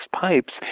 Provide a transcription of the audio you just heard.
pipes